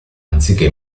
anziché